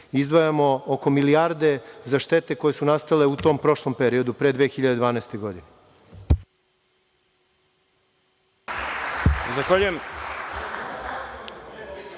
izdvajamo oko milijardu za štete koje su nastale u tom prošlom periodu pre 2012. godine.